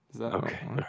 Okay